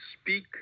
speak